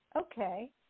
Okay